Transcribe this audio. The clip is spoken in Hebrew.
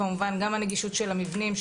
כמובן גם הנגישות של המבנים,